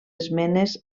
esmenes